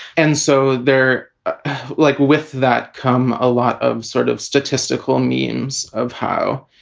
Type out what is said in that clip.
and so there like with that come a lot of sort of statistical means of how,